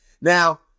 Now